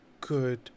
good